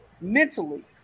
mentally